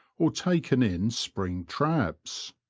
or taken in spring traps.